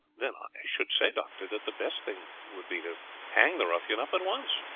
then, i should say, doctor, that the best thing would be to hang the ruffian up at once.